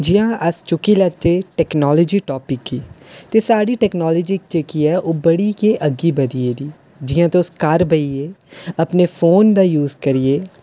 जि'यां अस चुक्की लैह्चै इक नालेज टापिक गी ते साढ़ी टैक्नोलाजी जेह्की ऐ ओह् बड़ी गै अग्गें बधी गेदी जि'यां तुस घर बेहियै अपने फोन दा यूज करियै